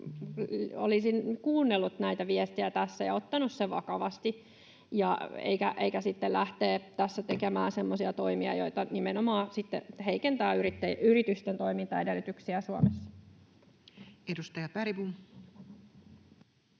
olisi kuunnellut näitä viestejä tässä ja ottanut ne vakavasti eikä sitten lähtenyt tässä tekemään semmoisia toimia, jotka nimenomaan heikentävät yritysten toimintaedellytyksiä Suomessa. Edustaja Bergbom.